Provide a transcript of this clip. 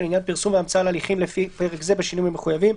ולעניין פרסום והמצאה על הליכים לפי פרק זה בשינויים המחויבים,